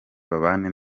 babane